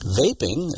vaping